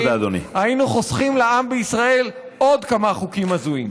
היינו חוסכים לעם בישראל עוד כמה חוקים הזויים.